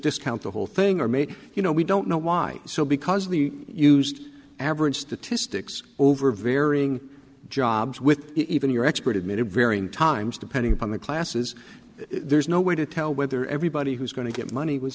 discount the whole thing or maybe you know we don't know why so because of the used average statistics over varying jobs with even your expert admitted varying times depending upon the classes there's no way to tell whether everybody who's going to get money was